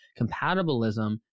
Compatibilism